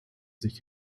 sich